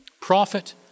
prophet